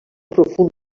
profund